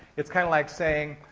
it's kind of like saying,